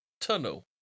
tunnel